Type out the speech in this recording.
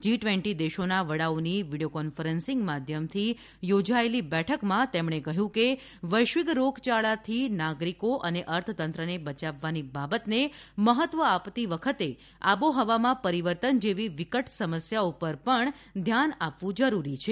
જી વીસ દેશોના વડાઓની વીડિયો કોન્ફરન્સિંગ માધ્યમથી યોજાયેલી બેઠકમાં તેમણે કહ્યું કે વૈશ્વિક રોગયાળાથી નાગરિકો અને અર્થતંત્રને બચાવવાની બાબતને મહત્વ આપતી વખતે આબોહવામાં પરિવર્તન જેવી વિકટ સમસ્યા ઉપર પણ ધ્યાન આપવું જરૂરી છે